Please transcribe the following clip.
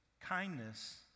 Kindness